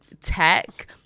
tech